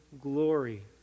glory